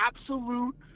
absolute